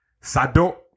Sado